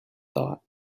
thought